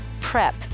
prep